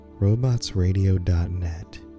robotsradio.net